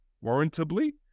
warrantably